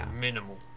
minimal